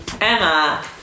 Emma